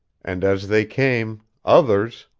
and as they came, others,